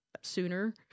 sooner